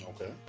Okay